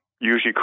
Usually